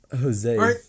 Jose